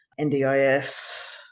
NDIS